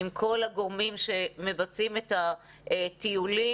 עם כל הגורמים שמבצעים את הטיולים,